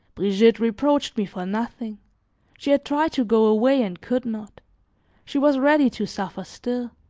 brigitte reproached me for nothing she had tried to go away and could not she was ready to suffer still.